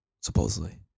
supposedly